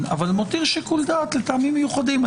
אבל מותיר שיקול דעת לטעמים מיוחדים.